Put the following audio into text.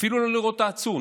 אפילו לא לראות את העצור.